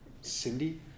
Cindy